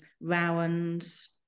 rowans